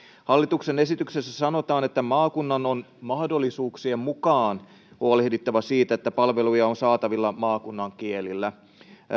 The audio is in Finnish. hallituksen esityksessä sanotaan että maakunnan on mahdollisuuksien mukaan huolehdittava siitä että palveluja on saatavilla maakunnan kielillä